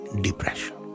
depression